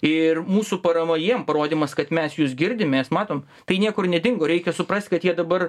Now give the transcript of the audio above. ir mūsų parama jiem parodymas kad mes jus girdim mes matom tai niekur nedingo reikia suprast kad jie dabar